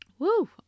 Woo